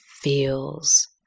feels